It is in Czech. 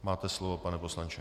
Máte slovo, pane poslanče.